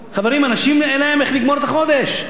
חברים, אנשים, אין להם איך לגמור את החודש.